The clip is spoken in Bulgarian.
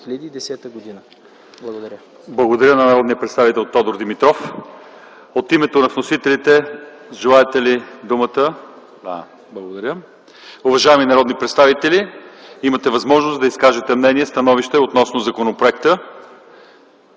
ЛЪЧЕЗАР ИВАНОВ: Благодаря на народния представител Тодор Димитров. От името на вносителите желаете ли думата? Благодаря. Уважаеми народни представители, имате възможност да изкажете мнения и становища относно законопроекта.